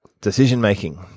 decision-making